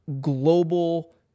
global